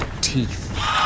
teeth